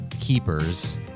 Keepers